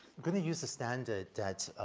gonna use a standard that, ah,